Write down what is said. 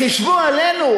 חִשבו עלינו?